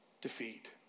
defeat